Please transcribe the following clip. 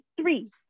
three